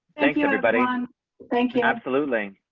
thank you, everybody. and thank you. absolutely.